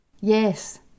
Yes